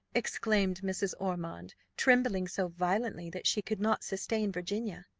exclaimed mrs. ormond, trembling so violently, that she could not sustain virginia.